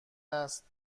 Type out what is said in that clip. است